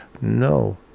No